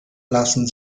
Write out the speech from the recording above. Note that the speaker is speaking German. lassen